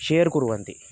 share कुर्वन्ति